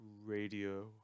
Radio